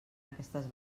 aquestes